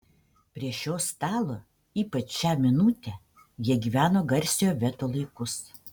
prie šio stalo ypač šią minutę jie gyveno garsiojo veto laikus